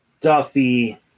Duffy